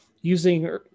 using